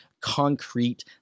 concrete